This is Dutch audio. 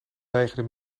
weigerde